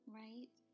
right